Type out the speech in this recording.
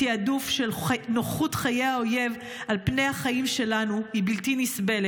התיעדוף של נוחות חיי האויב על פני החיים שלנו הוא בלתי נסבל,